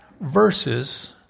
verses